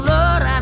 Lord